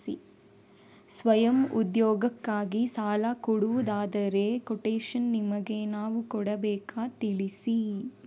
ಸ್ವಯಂ ಉದ್ಯೋಗಕ್ಕಾಗಿ ಸಾಲ ಕೊಡುವುದಾದರೆ ಕೊಟೇಶನ್ ನಿಮಗೆ ನಾವು ಕೊಡಬೇಕಾ ತಿಳಿಸಿ?